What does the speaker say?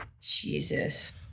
Jesus